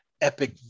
epic